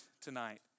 tonight